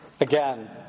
Again